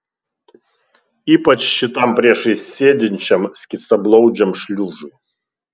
ypač šitam priešais sėdinčiam skystablauzdžiams šliužui